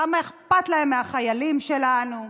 כמה אכפת להם מהחיילים שלנו.